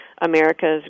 America's